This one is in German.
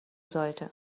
sollte